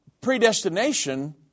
predestination